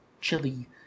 chili